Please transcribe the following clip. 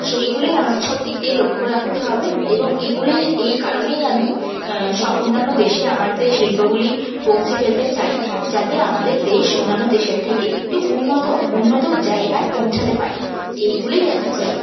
সেইগুলিই আমাদের সবদিক দিয়ে লক্ষ্য রাখতে হবে এবং এগুলিই এই কারণেই আমি স অন্যান্য দেশে আমাদের শিল্পগুলি পৌঁছে ফেলতে চাই যাতে আমাদের দেশ অন্যান্য দেশের থেকে একটু উন্নত অব উন্নত জায়গায় পৌঁছাতে পারে এইগুলিই আমি চাই